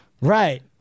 Right